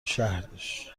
شهرش